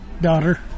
Daughter